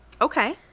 Okay